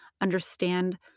understand